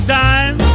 time